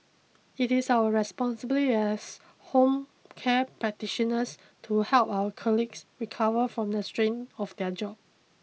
it is our responsibility as home care practitioners to help our colleagues recover from the strain of their jobs